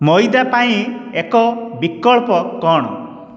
ମଇଦା ପାଇଁ ଏକ ବିକଳ୍ପ କ'ଣ